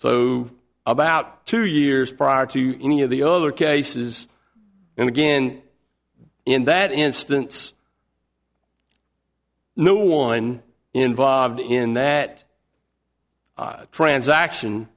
so about two years prior to any of the other cases and again in that instance no one involved in that transaction